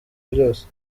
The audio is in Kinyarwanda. byose